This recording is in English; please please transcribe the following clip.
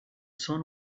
sun